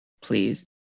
please